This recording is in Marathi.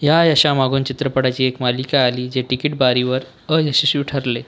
ह्या यशामागून चित्रपटाची एक मालिका आली जे तिकीट बारीवर अयशस्वी ठरले